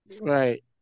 Right